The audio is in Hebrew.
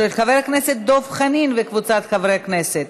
של חבר הכנסת דב חנין וקבוצת חברי הכנסת.